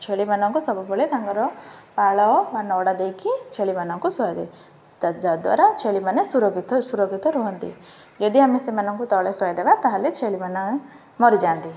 ଛେଳିମାନଙ୍କୁ ସବୁବେଳେ ତାଙ୍କର ପାଳ ବା ନଡ଼ା ଦେଇକି ଛେଳିମାନଙ୍କୁ ଶୁଆଯାଏ ଯାଦ୍ୱାରା ଛେଳିମାନେ ସୁରକ୍ଷିତ ସୁରକ୍ଷିତ ରୁହନ୍ତି ଯଦି ଆମେ ସେମାନଙ୍କୁ ତଳେ ଶୁଆଇଦେବା ତାହେଲେ ଛେଳିମାନେ ମରିଯାଆନ୍ତି